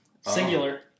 Singular